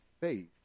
faith